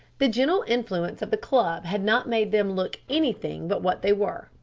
the gentle influence of the club had not made them look anything but what they were.